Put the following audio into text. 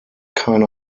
keine